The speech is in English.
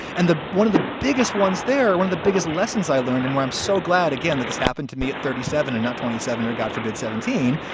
and the one of the biggest ones there, when the biggest lessons i learned and why i'm so glad again that this happened to me at thirty seven and not twenty seven or god forbid, seventeen,